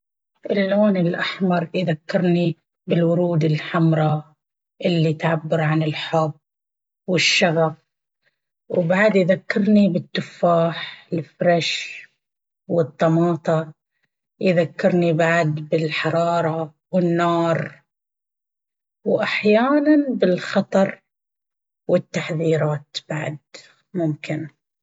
اللون الأحمر يذكرني بالورود الحمرا اللي تعبر عن الحب والشغف، وبعد يذكرني بالتفاح الفرش والطماطا. يذكرني بعد بالحرارة والنار، وأحياناً بالخطر والتحذيرات بعد ممكن.